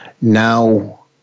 now